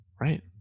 Right